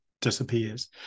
disappears